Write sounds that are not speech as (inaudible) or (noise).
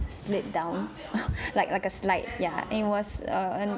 slid down (laughs) like like a slide yeah and it was a